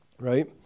right